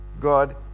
God